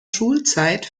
schulzeit